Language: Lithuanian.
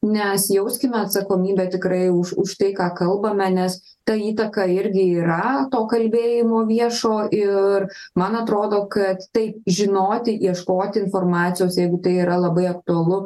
nes jauskime atsakomybę tikrai už už tai ką kalbame nes ta įtaka irgi yra to kalbėjimo viešo ir man atrodo kad taip žinoti ieškoti informacijos jeigu tai yra labai aktualu